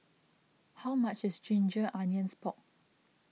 how much is Ginger Onions Pork